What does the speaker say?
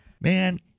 Man